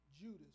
Judas